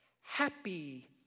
happy